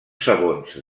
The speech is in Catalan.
sabons